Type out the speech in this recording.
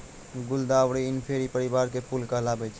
गुलदावरी इंफेरी परिवार के फूल कहलावै छै